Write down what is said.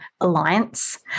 alliance